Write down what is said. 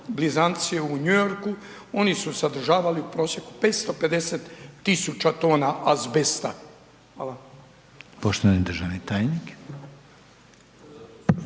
blizanci u New Yorku oni su sadržavali u prosjeku 550.000 tona azbesta? Hvala. **Reiner, Željko